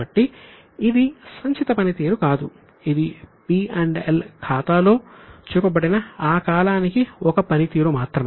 కాబట్టి ఇది సంచిత పనితీరు కాదు ఇది పి ఎల్ ఖాతాలో చూపబడిన ఆ కాలానికి ఒక పనితీరు మాత్రమే